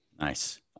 Nice